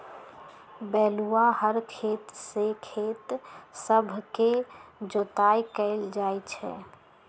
बैल आऽ हर से खेत सभके जोताइ कएल जाइ छइ